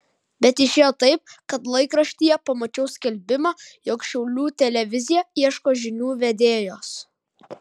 bet išėjo taip kad laikraštyje pamačiau skelbimą jog šiaulių televizija ieško žinių vedėjos